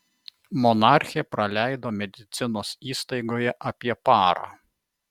monarchė praleido medicinos įstaigoje apie parą